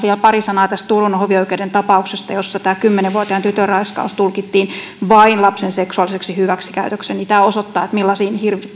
pari sanaa tästä turun hovioikeuden tapauksesta jossa kymmenen vuotiaan tytön raiskaus tulkittiin vain lapsen seksuaaliseksi hyväksikäytöksi tämä osoittaa millaisiin